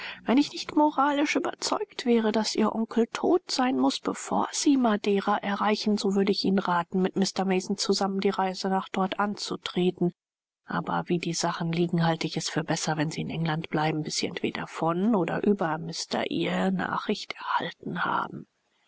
wenn ich nicht moralisch überzeugt wäre daß ihr onkel tot sein muß bevor sie madeira erreichen so würde ich ihnen raten mit mr mason zusammen die reise nach dort anzutreten aber wie die sachen liegen halte ich es für besser wenn sie in england bleiben bis sie entweder von oder über mr eyre nachricht erhalten haben